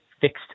fixed